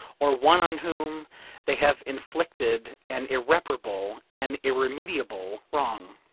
or one on whom they have inflicted an irreparable, an irremediable wrong.